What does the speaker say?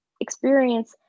experience